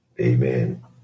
Amen